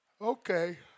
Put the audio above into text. Okay